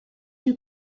you